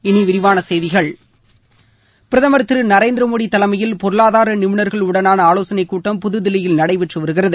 இனி விரிவாள செய்திகள் பிரதமர் திரு நரேந்திரமோடி தலைமயில் பொருளாதார நிபுணா்களுடனான ஆலோசனைக் கூட்டம் புதுதில்லியில் நடைபெற்று வருகிறது